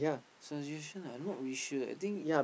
suggestion ah not really sure eh I think